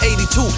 82